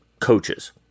coaches